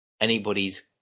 anybody's